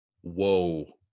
Whoa